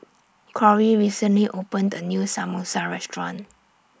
Corry recently opened A New Samosa Restaurant